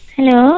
Hello